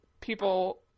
people